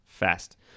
fast